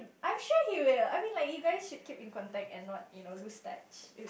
I'm sure he will I mean like you guys should keep in contact and not what you know lose touch